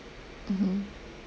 mmhmm